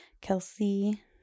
Kelsey